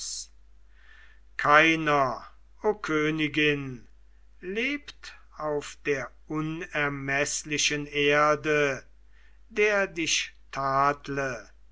keiner o königin lebt auf der unermeßlichen erde der dich tadle